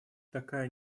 такая